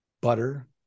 butter